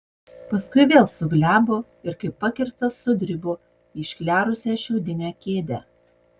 paskui vėl suglebo ir kaip pakirstas sudribo į išklerusią šiaudinę kėdę